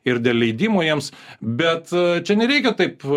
ir dėl leidimų jiems bet čia nereikia taip